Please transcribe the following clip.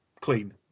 Clean